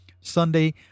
Sunday